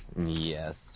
Yes